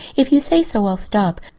if you say so i'll stop.